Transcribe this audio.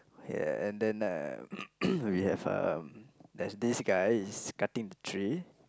ya and then uh we have um there's this guy is cutting the tree